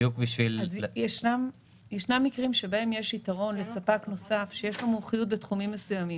יש מקרים שבהם יש יתרון לספק נוסף שיש לו מומחיות בתחומים מסוימים,